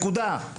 נקודה.